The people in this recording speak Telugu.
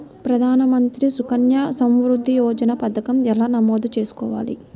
ప్రధాన మంత్రి సుకన్య సంవృద్ధి యోజన పథకం ఎలా నమోదు చేసుకోవాలీ?